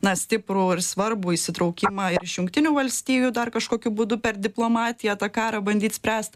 na stiprų ir svarbų įsitraukimą ir iš jungtinių valstijų dar kažkokiu būdu per diplomatiją tą karą bandyt spręst